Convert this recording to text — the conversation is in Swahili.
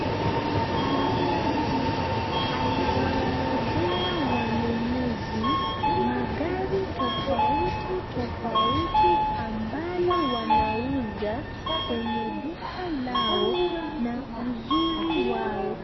Muuzaji anawaelezea wanunuzi magari tofauti tofauti ambayo wanauza kwenye duka lao na uzuri wao.